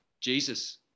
Jesus